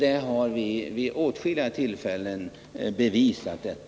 Det har vi vid åtskilliga tillfällen bevisat.